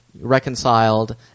reconciled